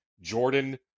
Jordan